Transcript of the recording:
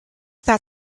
that